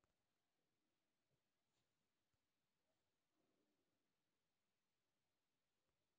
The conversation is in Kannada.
ನಮ್ ದೋಸ್ತ ಬ್ಯಾರೆ ಅವ್ರದ್ ರೊಕ್ಕಾ ತಗೊಂಡ್ ಸಾಮಾನ್ ಖರ್ದಿ ಮಾಡಿ ಮತ್ತ ಆಮ್ಯಾಲ ವಾಪಾಸ್ ರೊಕ್ಕಾ ಕೊಡ್ತಾನ್ ಅಂತ್